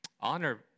Honor